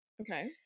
Okay